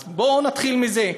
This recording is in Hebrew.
אז בואו נתחיל בזה.